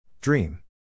Dream